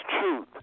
truth